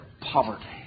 poverty